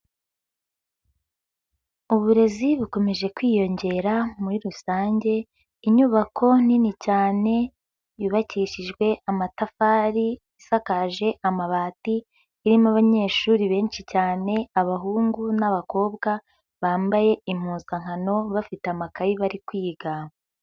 Uburezi bukomeje kwiyongera muri rusange, inyubako nini cyane yubakishijwe amatafari, isakaje amabati, irimo abanyeshuri benshi cyane, abahungu n'abakobwa bambaye impuzankano bafite amakayi bari kwiga.